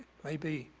maybe